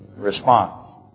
response